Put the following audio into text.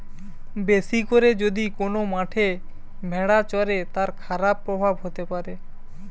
বেশি করে যদি কোন মাঠে ভেড়া চরে, তার খারাপ প্রভাব হতে পারে